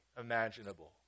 imaginable